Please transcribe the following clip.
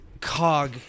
cog